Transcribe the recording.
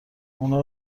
اونا